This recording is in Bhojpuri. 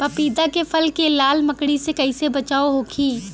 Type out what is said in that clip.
पपीता के फल के लाल मकड़ी से कइसे बचाव होखि?